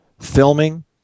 filming